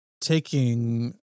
taking